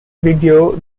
video